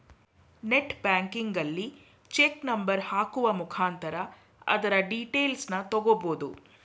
net ಬ್ಯಾಂಕಿಂಗಲ್ಲಿ check number ಹಾಕುವ ಮುಖಾಂತರ ಅದರ ಡೀಟೇಲ್ಸನ್ನ ತಗೊಬೋದು